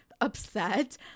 upset